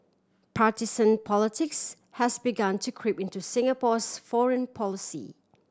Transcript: partisan politics has begun to creep into Singapore's foreign policy